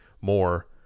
more